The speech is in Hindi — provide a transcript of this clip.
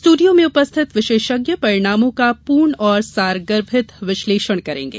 स्टूडियो में उपस्थित विशेषज्ञ परिणामों का पूर्ण और सारगर्भित विश्लेषण करेंगे